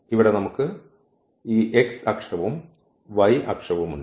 ഇവിടെ നമുക്ക് ഈ x അക്ഷവും y അക്ഷവും ഉണ്ട്